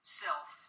self